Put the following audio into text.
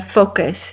focus